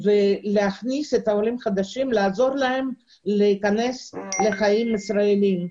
ולעזור לעולים החדשים להשתלב בחיים הישראלים.